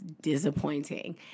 disappointing